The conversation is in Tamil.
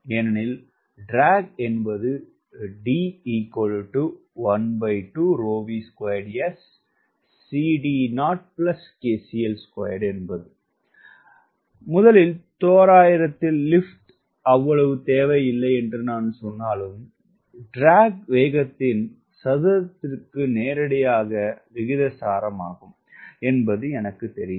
ஏனெனில் ட்ராக் முதல் தோராயத்தில் லிப்ட் அவ்வளவு தேவையில்லை என்று நான் சொன்னாலும் இழுவை வேகத்தின் சதுரத்திற்கு நேரடியாக விகிதாசாரமாகும் என்பது எனக்குத் தெரியும்